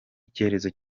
icyorezo